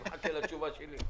אני מחכה לתשובה לפנייה שלי.